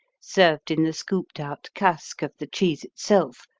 served in the scooped-out casque of the cheese itself,